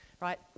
right